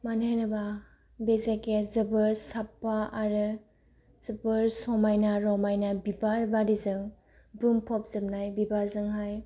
मानो होनोब्ला बे जायगाया जोबोर साफा आरो जोबोर समायना रमायना बिबार बारिजों बुंफबजोबनाय बिबारजोंहाय